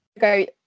go